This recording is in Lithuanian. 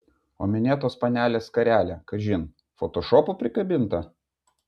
o minėtos panelės skarelė kažin fotošopu prikabinta